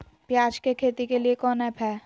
प्याज के खेती के लिए कौन ऐप हाय?